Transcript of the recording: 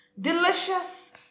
Delicious